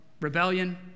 rebellion